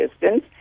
distance